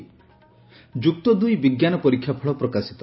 ଯୁକ୍ତ ଦୁଇ ବିଙ୍କାନ ପରୀକ୍ଷା ଫଳ ପ୍ରକାଶିତ